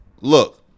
Look